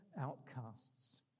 outcasts